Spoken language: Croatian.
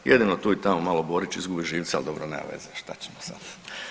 Jedino tu i tamo malo Borić izgubi živce, ali dobro nema veze, šta ćemo sad.